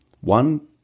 one